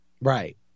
Right